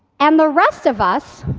and the rest of us,